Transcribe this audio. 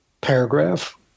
paragraph